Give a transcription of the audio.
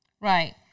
Right